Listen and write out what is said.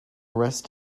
rest